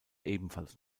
ebenfalls